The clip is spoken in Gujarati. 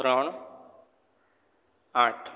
ત્રણ આઠ